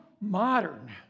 modern